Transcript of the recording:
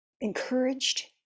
encouraged